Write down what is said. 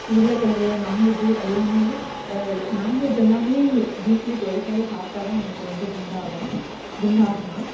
உருளைக்கிழங்கு நான்வெஜ்ஜு எல்லாமே நான்வெஜி எல்லாமே வீக்லி டுவைஸாவது சாப்பிட்டால் தான் நமக்கு வந்து குண்டாகும் குண்டாகலாம்